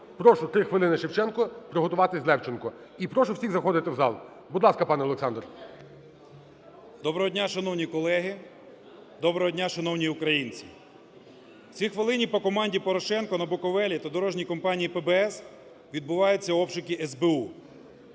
Прошу, 3 хвилини Шевченко. Приготуватись Левченку. І прошу всіх заходити у зал. Будь ласка, пане Олександр. 16:02:17 ШЕВЧЕНКО О.Л. Доброго дня, шановні колеги. Доброго дня, шановні українці. У ці хвилини по команді Порошенка на Буковелі та в дорожній компанії ПБС відбуваються обшуки СБУ.